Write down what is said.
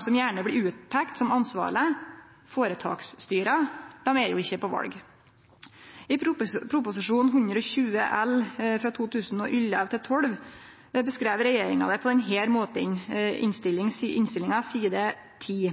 som gjerne blir peikte ut som ansvarlege, føretaksstyra, er jo ikkje på val. I Prop. 120 L for 2011–2012 beskreiv regjeringa det på denne måten – i innstillinga på side 10: